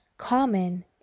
common